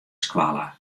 skoalle